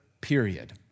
period